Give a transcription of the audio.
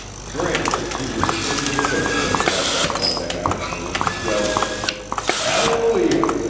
gramps, who was splitting wood when bud got home that afternoon, yelled hallelujah!